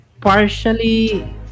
partially